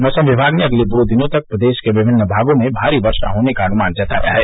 मौसम विभाग ने अगले दो दिनों तक प्रदेश के विभिन्न भागों में भारी वर्षा होने का अनुमान जताया है